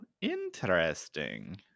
interesting